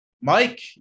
Mike